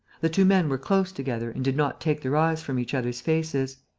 the two men were close together and did not take their eyes from each other's faces.